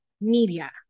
media